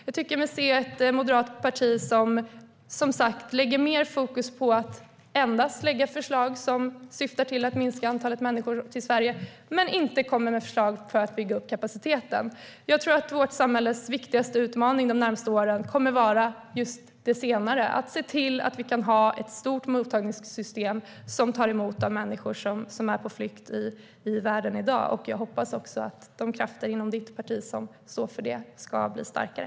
Nu tycker jag mig se ett moderat parti som lägger mer fokus på att endast lägga fram förslag som syftar till att minska antalet människor som kommer till Sverige men som inte kommer med förslag för att bygga upp kapaciteten. Jag tror att vårt samhälles viktigaste utmaning de närmaste åren kommer att vara det senare - att se till att vi kan ha ett stort mottagningssystem som tar emot de människor som är på flykt i världen i dag. Jag hoppas att de krafter inom ditt parti som står för det ska bli starkare.